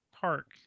park